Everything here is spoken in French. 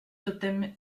totem